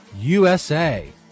USA